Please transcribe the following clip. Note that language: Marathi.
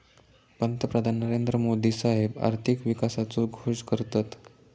पंतप्रधान नरेंद्र मोदी साहेब आर्थिक विकासाचो घोष करतत